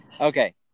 Okay